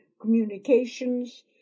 communications